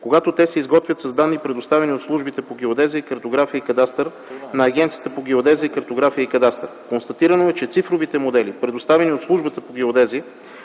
когато те се изготвят с данни, предоставени от службите по геодезия, картография и кадастър на Агенцията по геодезия, картография и кадастър. Констатирано е, че в цифровите модели, предоставени от службата по геодезия,